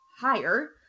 higher